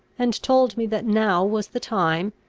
and told me that now was the time,